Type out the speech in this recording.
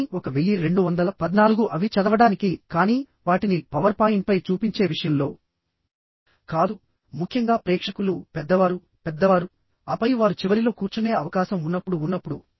కానీ 1214 అవి చదవడానికి కానీ వాటిని పవర్ పాయింట్పై చూపించే విషయంలో కాదుముఖ్యంగా ప్రేక్షకులు పెద్దవారుపెద్దవారుఆపై వారు చివరిలో కూర్చునే అవకాశం ఉన్నప్పుడు